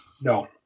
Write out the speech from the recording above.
no